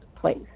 place